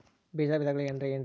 ಬೇಜದ ವಿಧಗಳು ಅಂದ್ರೆ ಏನ್ರಿ?